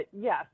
yes